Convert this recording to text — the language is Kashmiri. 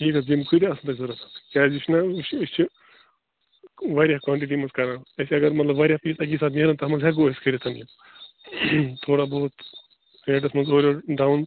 تی حظ یِم کۭتیٛاہ آسن تۄہہِ ضوٚرت کیٛازِ یہِ چھُنَہ وٕچھ أسۍ چھِ وارِیاہ کانٛٹِٹی منٛز کَران اَسہِ اگر مطلب وارِیاہ پیٖس اَکی سات یِین نا تتھ منٛز ہٮ۪کو أسۍ کٔرِتھ یہِ تھوڑا بہت ریٹس منٛز واڈٕ یوڈ ڈاوُن